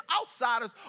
outsiders